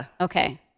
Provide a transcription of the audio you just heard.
Okay